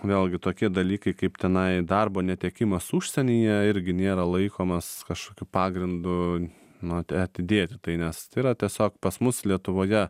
vėlgi tokie dalykai kaip tenai darbo netekimas užsienyje irgi nėra laikomas kažkokiu pagrindu nu at atidėti tai nes tai tai yra tiesiog pas mus lietuvoje